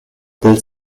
del